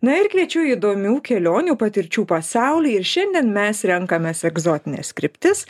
na ir kviečiu įdomių kelionių patirčių pasaulį ir šiandien mes renkamės egzotines kryptis